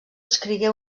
escrigué